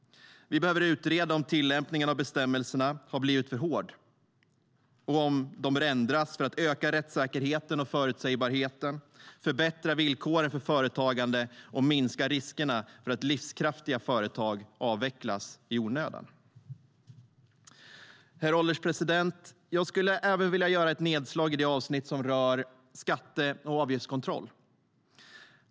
Vi behöver utreda om tillämpningen av bestämmelserna har blivit för hård och om bestämmelserna bör ändras för att öka rättssäkerheten och förutsägbarheten, förbättra villkoren för företagande och minska riskerna för att livskraftiga företag avvecklas i onödan. Herr ålderspresident! Jag vill även göra ett nedslag i det avsnitt som rör skatte och avgiftskontroll.